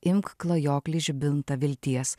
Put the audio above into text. imk klajokli žibintą vilties